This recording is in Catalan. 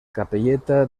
capelleta